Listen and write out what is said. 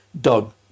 dog